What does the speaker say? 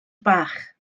bach